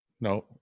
No